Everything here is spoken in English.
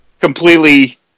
completely